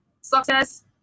success